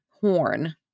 Horn